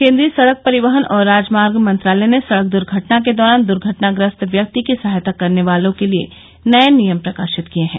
केन्द्रीय सड़क परिवहन और राजमार्ग मंत्रालय ने सड़क दर्घटना के दौरान दर्घटनाग्रस्त व्यक्ति की सहायता करने वालों के लिए नये नियम प्रकाशित किए हैं